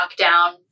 lockdown